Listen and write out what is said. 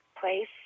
place